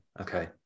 Okay